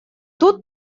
тут